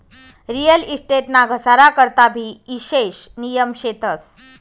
real estate ना घसारा करता भी ईशेष नियम शेतस